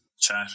chat